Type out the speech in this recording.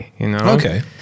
Okay